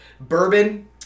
bourbon